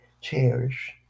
cherish